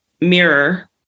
mirror